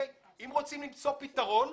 אם רוצים למצוא פתרון,